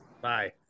Bye